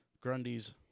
grundy's